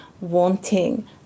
wanting